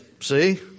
See